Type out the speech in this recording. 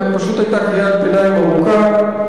פשוט, היתה קריאת ביניים ארוכה.